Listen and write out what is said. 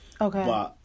Okay